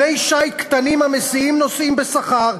כלי שיט קטנים המסיעים נוסעים בשכר,